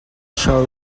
shall